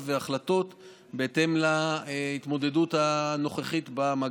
והחלטות בהתאם להתמודדות הנוכחית עם המגפה.